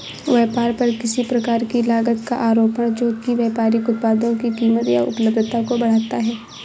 व्यापार पर किसी प्रकार की लागत का आरोपण जो कि व्यापारिक उत्पादों की कीमत या उपलब्धता को बढ़ाता है